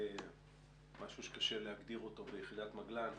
במשהו שקשה להגדיר אותו ביחידת מגל"ן.